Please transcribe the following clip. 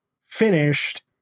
finished